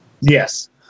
Yes